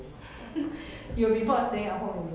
you will be bored staying at home is it